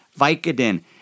Vicodin